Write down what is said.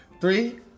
Three